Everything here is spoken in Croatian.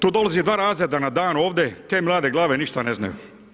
Tu dolazi dva razreda na dan ovdje, te mlade glave ništa ne znaju.